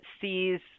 sees